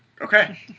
Okay